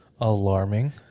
Alarming